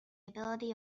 ability